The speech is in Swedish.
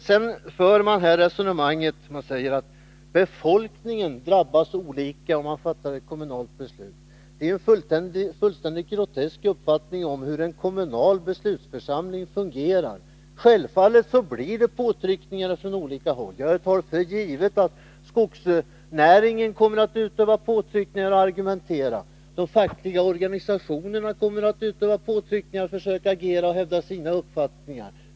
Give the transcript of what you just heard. Sedan säger man här att befolkningen drabbas olika om man fattar ett kommunalt beslut. Det är en fullständigt grotesk uppfattning om hur en kommunal beslutsförsamling fungerar. Självfallet blir det påtryckningar från olika håll. Jag tar för givet att skogsnäringen kommer att utöva påtryckningar och argumentera. De fackliga organisationerna kommer att utöva påtryckningar och försöka hävda sina uppfattningar.